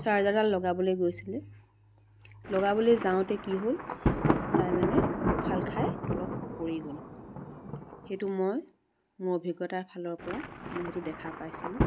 চাৰ্জাৰডাল লগাবলৈ গৈছিলে লগাবলৈ যাওঁতে কি হ'ল তাই মানে উফাল খাই তলত পৰি গ'ল সেইটো মই মোৰ অভিজ্ঞতাৰ ফালৰ পৰা মই সেইটো দেখা পাইছিলোঁ